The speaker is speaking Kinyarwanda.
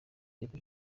leta